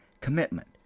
commitment